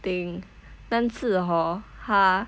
thing 但是 hor 她